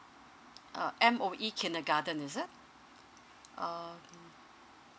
uh M_O_E kindergarten is it err